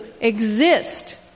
exist